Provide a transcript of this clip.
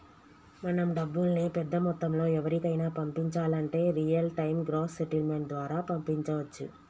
మనం డబ్బుల్ని పెద్ద మొత్తంలో ఎవరికైనా పంపించాలంటే రియల్ టైం గ్రాస్ సెటిల్మెంట్ ద్వారా పంపించవచ్చు